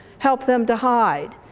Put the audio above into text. help them to hide.